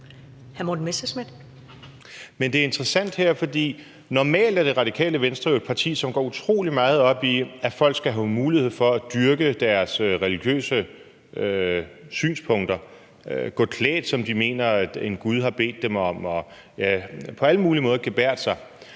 Det er interessant her, fordi Det Radikale Venstre jo normalt er et parti, som går utrolig meget op i, at folk skal have mulighed for at dyrke deres religiøse synspunkter, gå klædt, som de mener en gud har bedt dem om, ja, på alle mulige måder gebærde sig.